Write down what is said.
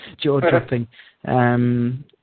jaw-dropping